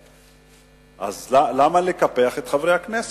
אז למה לקפח את חברי הכנסת?